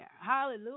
hallelujah